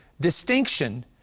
distinction